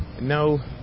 no